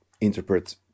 interpret